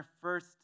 first